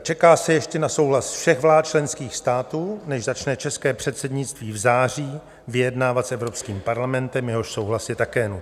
Čeká se ještě na souhlas všech vlád členských států, než začne české předsednictví v září vyjednávat s Evropským parlamentem, jehož souhlas je také nutný.